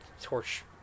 torch